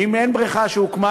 ואם אין בריכה שהוקמה,